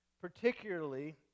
particularly